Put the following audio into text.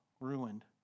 ruined